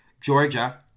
Georgia